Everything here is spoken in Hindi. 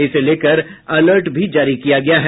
इसको लेकर अलर्ट भी जारी किया गया है